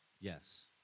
Yes